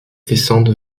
descente